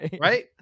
right